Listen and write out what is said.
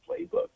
playbook